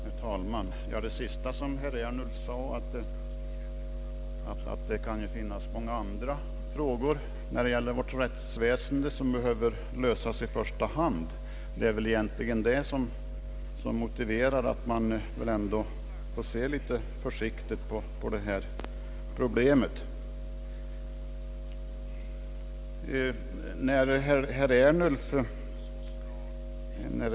Herr talman! Det sista som herr Ernulf sade att det kan finnas många andra frågor när det gäller vårt rättsväsende som i första hand behöver lösas, är egentligen det som motiverar att vi får gå försiktigt fram med det problem vi nu diskuterar.